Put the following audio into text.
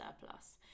surplus